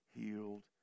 healed